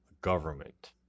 government